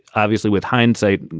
obviously, with hindsight.